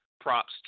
props